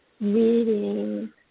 reading